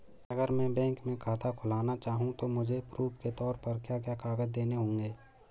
अगर मैं बैंक में खाता खुलाना चाहूं तो मुझे प्रूफ़ के तौर पर क्या क्या कागज़ देने होंगे?